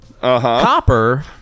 Copper